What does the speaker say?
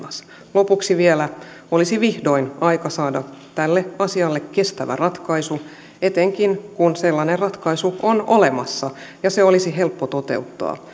lopuksi vielä olisi vihdoin aika saada tälle asialle kestävä ratkaisu etenkin kun sellainen ratkaisu on olemassa ja se olisi helppo toteuttaa